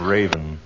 Raven